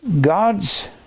God's